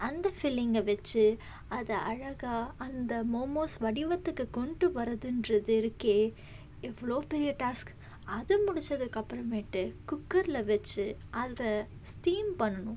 அந்த ஃபில்லிங்கை வச்சு அதை அழகாக அந்த மோமோஸ் வடிவத்துக்கு கொண்டு வரதுன்றது இருக்கே எவ்வளோ பெரிய டாஸ்க் அதை முடிச்சதுக்கப்புறமேட்டு குக்கரில் வச்சு அதை ஸ்டீம் பண்ணணும்